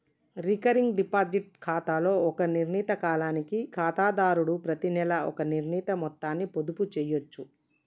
recurring deposit ఖాతాలో ఒక నిర్ణీత కాలానికి ఖాతాదారుడు ప్రతినెలా ఒక నిర్ణీత మొత్తాన్ని పొదుపు చేయచ్చు